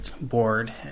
board